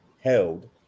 held